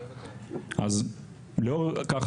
אז לאור כך,